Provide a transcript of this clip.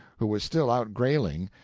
who was still out grailing,